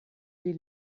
die